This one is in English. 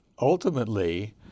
ultimately